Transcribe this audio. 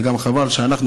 וגם חבל שאנחנו,